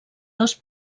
dos